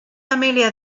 amelia